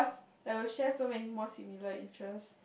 like we will share so many more similar interest